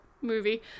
movie